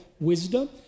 wisdom